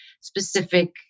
specific